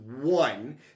one